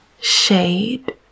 shade